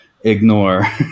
ignore